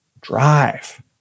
drive